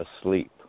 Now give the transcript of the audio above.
asleep